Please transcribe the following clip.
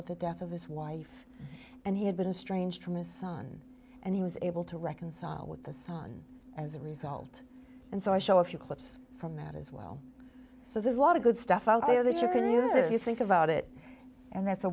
with the death of his wife and he had been strange from his son and he was able to reconcile with the son as a result and so i show a few clips from that as well so there's a lot of good stuff out there that you can use if you think about it and that's a